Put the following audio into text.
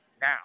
Now